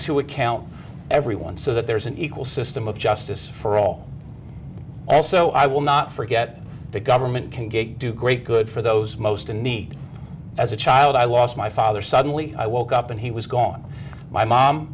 to account every one so that there is an equal system of justice for all also i will not forget the government can get do great good for those most in need as a child i lost my father suddenly i woke up and he was gone my mom